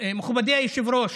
מכובדי היושב-ראש,